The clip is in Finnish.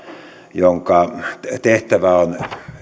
jonka tehtävä on